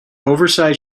oversized